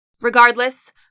Regardless